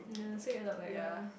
ya so you end up like ugh